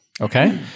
Okay